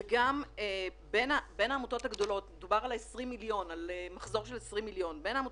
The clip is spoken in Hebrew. גם עמותות שלא נותנות שירותים ישירים יש עמותות שמקושרות עם